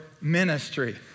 ministry